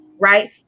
Right